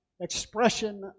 expression